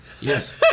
Yes